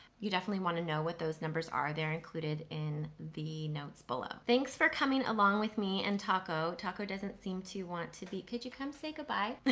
you definitely wanna know what those numbers are. they're included in the notes below. thanks for coming along with me and taco. taco doesn't seem to want to be, could you come say goodbye?